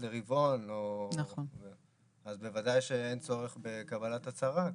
לרבעון אז בוודאי שאין צורך בקבלת הצהרה,